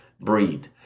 breed